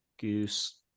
Goose